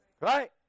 right